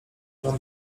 pan